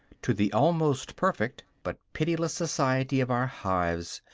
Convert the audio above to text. to the almost perfect but pitiless society of our hives,